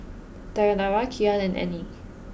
Dayanara Kian and Annie